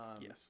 Yes